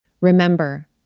Remember